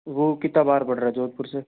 वह कितना बाहर पड़ रहा है जोधपुर से